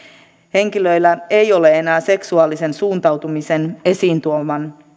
henkilöillä ei ole enää seksuaalisen suuntautumisen esiin tuomisen